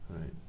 Right